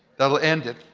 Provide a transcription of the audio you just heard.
that will end it,